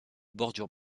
bordure